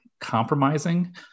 compromising